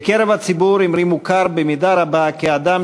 בקרב הציבור אמרי מוכר במידה רבה כאדם